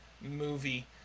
movie